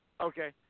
Okay